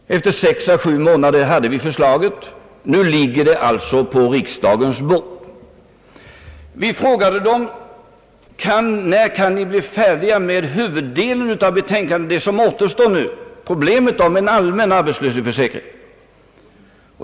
Efter sex å sju månader hade vi förslaget. Nu ligger det alltså på riksdagens bord. Vi frågade utredningen: När kan huvuddelen av betänkandet bli färdigt; det som återstår nu, alltså en allmän arbetslöshetsförsäkring?